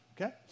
Okay